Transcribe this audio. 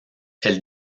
elle